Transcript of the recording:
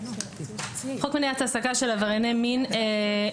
חוק מניעת העסקה של עברייני מין,